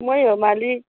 मै हो मालिक